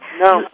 No